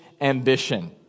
ambition